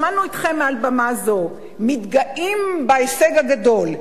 שמענו אתכם מעל במה זו מתגאים בהישג הגדול.